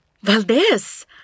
Valdez